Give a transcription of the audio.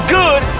good